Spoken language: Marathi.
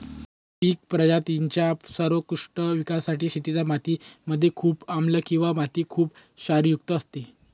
पिक प्रजातींच्या सर्वोत्कृष्ट विकासासाठी शेतीच्या माती मध्ये खूप आम्लं किंवा माती खुप क्षारयुक्त असते